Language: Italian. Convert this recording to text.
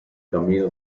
cammino